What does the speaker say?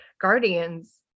Guardians